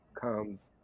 Comes